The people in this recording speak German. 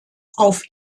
auf